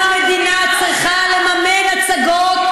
למה המדינה צריכה לממן אותה?